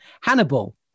Hannibal